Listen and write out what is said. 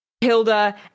hilda